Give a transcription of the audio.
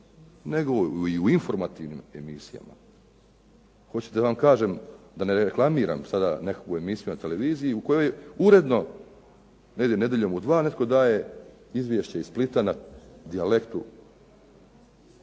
nego i u informativnim emisijama. Hoćete da vam kažem, da ne reklamiram sada nekakvu emisiju na televiziji u kojoj uredno da ide nedjeljom u 2 netko daje izvješće iz Splita na dijalektu koji